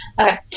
Okay